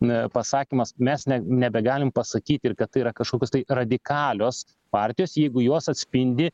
na pasakymas mes ne nebegalim pasakyti kad tai yra kažkokios tai radikalios partijos jeigu jos atspindi